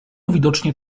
widocznie